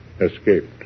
escaped